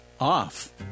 off